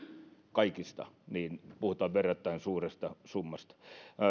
kaikista lainoista on yhtiölainoja puhutaan verrattain suuresta summasta